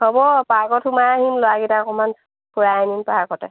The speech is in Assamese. হ'ব পাৰ্কত সোমাই আহিম ল'ৰাকেইটাক অকণমান ঘূৰাই আনিম পাৰ্কতে